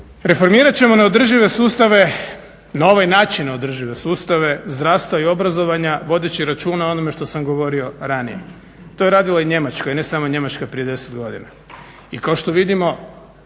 sustave, na ovaj način neodržive sustave zdravstva i obrazovanja, vodeći računa o onome što sam govorio ranije. To je radila i Njemačka i ne samo Njemačka prije 10 godina.